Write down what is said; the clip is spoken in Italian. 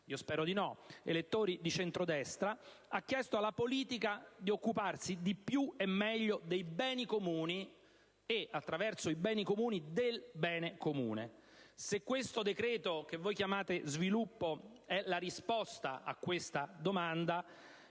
io spero di no - elettori di centrodestra) ha chiesto alla politica di occuparsi di più e meglio dei beni comuni e, attraverso i beni comuni, del bene comune. Se il decreto che voi chiamate sviluppo è la risposta a questa domanda,